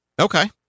Okay